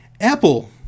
Apple